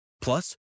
plus